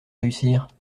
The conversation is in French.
réussir